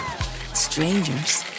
strangers